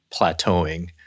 plateauing